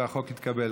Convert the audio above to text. והחוק התקבל.